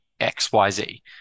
XYZ